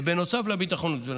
וזה בנוסף לביטחון התזונתי.